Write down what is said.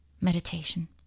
Meditation